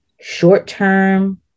short-term